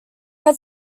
had